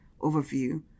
overview